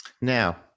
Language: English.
Now